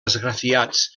esgrafiats